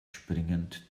springend